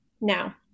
Now